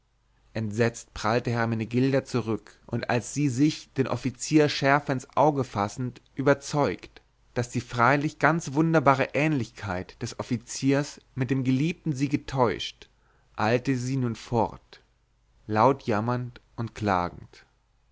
entsetzt prallte hermenegilda zurück und als sie sich den offizier schärfer ins auge fassend überzeugt daß die freilich ganz wunderbare ähnlichkeit des offiziers mit dem geliebten sie getäuscht eilte sie fort laut jammernd und klagend